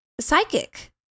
psychic